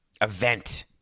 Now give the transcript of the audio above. event